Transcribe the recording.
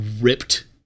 ripped